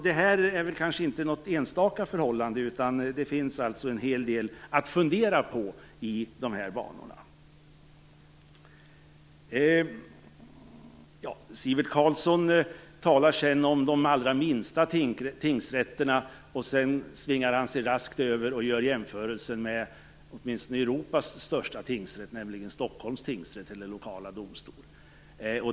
Det här är kanske inte något enstaka förhållande, utan det finns en hel del att fundera på när det gäller detta. Sivert Carlsson talade om de allra minsta tingsrätterna, och sedan svingade han sig raskt över och gjorde jämförelser med åtminstone Europas största tingsrätt eller lokala domstol, nämligen Stockholms tingsrätt.